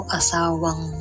asawang